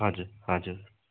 हजुर हजुर